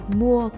mua